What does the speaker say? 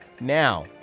Now